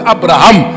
Abraham